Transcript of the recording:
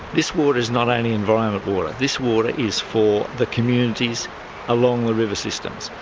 this water's not only environment water, this water is for the communities along the river systems.